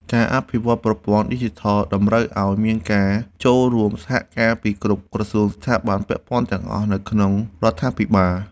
ការអភិវឌ្ឍប្រព័ន្ធឌីជីថលតម្រូវឱ្យមានការចូលរួមសហការពីគ្រប់ក្រសួងស្ថាប័នពាក់ព័ន្ធទាំងអស់នៅក្នុងរដ្ឋាភិបាល។